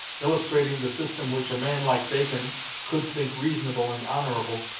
illustrating the system which a man like bacon could think reasonable and honourable,